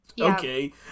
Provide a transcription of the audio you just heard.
okay